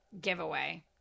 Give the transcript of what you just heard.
giveaway